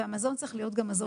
והמזון גם צריך להיות מזון בריא.